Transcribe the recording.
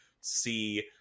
see